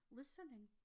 listening